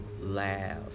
laugh